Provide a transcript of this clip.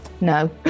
No